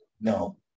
No